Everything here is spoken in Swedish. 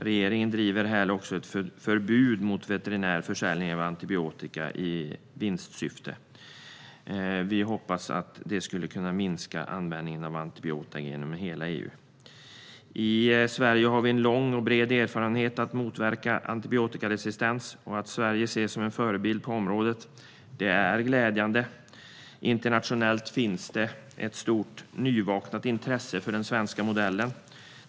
Regeringen driver också frågan om ett förbud mot veterinär försäljning av antibiotika i vinstsyfte. Vi hoppas att det kan minska användningen av antibiotika inom hela EU. Sverige har en lång och bred erfarenhet av att motverka antibiotikaresistens, och Sverige ses som en förebild på området. Det är glädjande att det internationellt finns ett stort nyvaknat intresse för den svenska modellen.